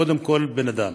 קודם כול, בן אדם.